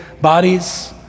bodies